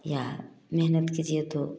या मेहनत कीजिए तो